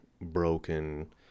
broken